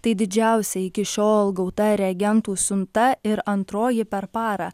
tai didžiausia iki šiol gauta reagentų siunta ir antroji per parą